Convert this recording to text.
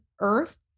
earth